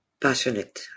Passionate